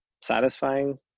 satisfying